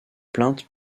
plainte